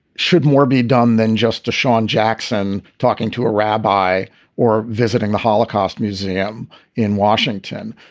should more be done than just to sean jackson talking to a rabbi or visiting the holocaust museum in washington?